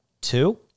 Two